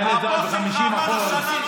ההבדל